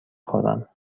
خورم